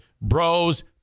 bros